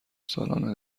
سالانه